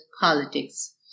politics